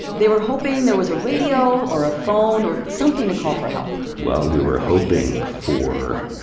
they were hoping there was a radio or a phone or something to call for help well, we were hoping for